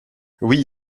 oui